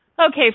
Okay